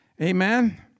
Amen